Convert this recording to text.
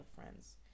friends